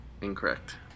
Incorrect